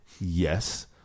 Yes